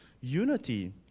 unity